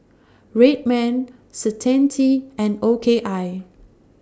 Red Man Certainty and O K I